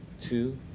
two